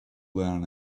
learn